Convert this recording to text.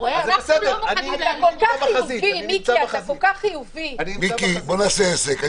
מיקי, בוא נעשה עסק.